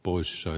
poissa